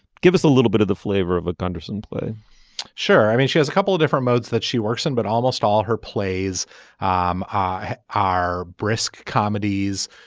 give us a little bit of the flavor of a gundersen play sure. i mean she has a couple of different modes that she works on but almost all her plays um are brisk comedies